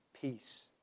peace